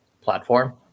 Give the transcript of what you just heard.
platform